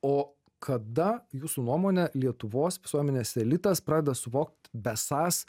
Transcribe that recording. o kada jūsų nuomone lietuvos visuomenės elitas pradeda suvokt besąs